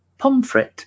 Pomfret